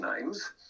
names